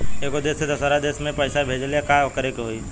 एगो देश से दशहरा देश मे पैसा भेजे ला का करेके होई?